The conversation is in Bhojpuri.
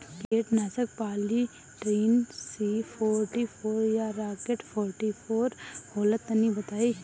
कीटनाशक पॉलीट्रिन सी फोर्टीफ़ोर या राकेट फोर्टीफोर होला तनि बताई?